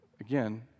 Again